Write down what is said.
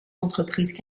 entreprises